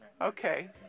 okay